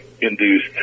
induced